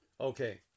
okay